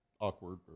Awkward